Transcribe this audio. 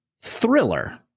thriller